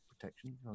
protection